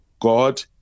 God